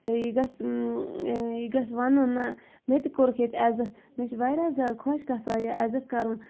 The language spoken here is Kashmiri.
یہِ گَژھِ یہِ گَژھِ وَنُن نہَ مےٚ تہِ کوٚرُکھ ییٚتہِ عزَت مےٚ چھ واریاہ زیادٕ خۄش گَژھان یہِ عزَت کَرُن